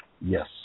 Yes